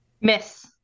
Miss